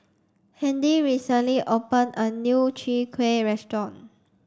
Handy recently open a new Chwee Kueh restaurant